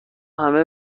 همه